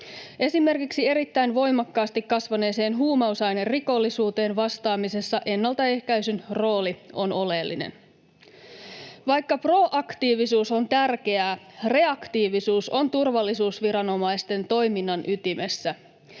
Esimerkiksi erittäin voimakkaasti kasvaneeseen huumausainerikollisuuteen vastaamisessa ennaltaehkäisyn rooli on oleellinen. Vaikka proaktiivisuus on tärkeää, reaktiivisuus on turvallisuusviranomaisten toiminnan ytimessä.